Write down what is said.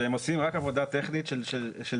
שהם עושים רק עבודה טכנית של דוורים.